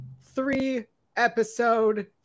three-episode